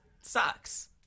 sucks